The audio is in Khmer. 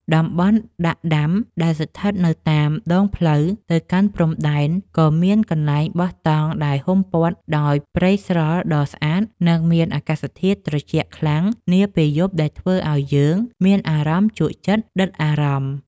តំបន់ដាក់ដាំដែលស្ថិតនៅតាមដងផ្លូវទៅកាន់ព្រំដែនក៏មានកន្លែងបោះតង់ដែលហ៊ុមព័ទ្ធដោយព្រៃស្រល់ដ៏ស្អាត និង មានអាកាសធាតុត្រជាក់ខ្លាំងនាពេលយប់ដែលធ្វើឱ្យយើងមានអារម្មណ៍ជក់ចិត្តដិតអារម្មណ៍។